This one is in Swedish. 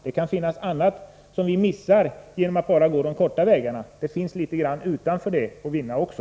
Det kan finnas annat som vi missar genom att bara gå de korta vägarna. Det finns litet grand att vinna utanför dem också.